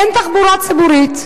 אין תחבורה ציבורית.